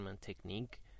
technique